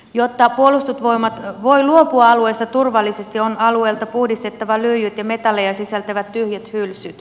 jotta puolustusvoimat voi luopua alueesta turvallisesti on alueelta puhdistettava lyijyt ja metallia sisältävät tyhjät hylsyt